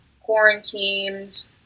quarantines